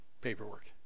paperwork